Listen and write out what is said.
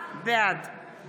בעד